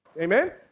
Amen